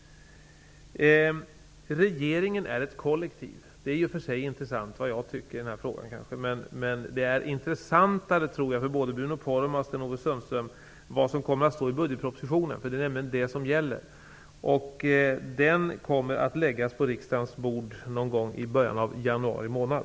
Regeringen är ett kollektiv. Det är kanske i och för sig intressant vad jag tycker i den här frågan, men det är intressantare, tror jag, för både Bruno Poromaa och Sten-Ove Sundström vad som kommer att stå i budgetpropositionen. Det är nämligen det som gäller. Den kommer att läggas på riksdagens bord någon gång i början av januari månad.